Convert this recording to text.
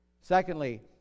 Secondly